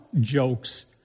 jokes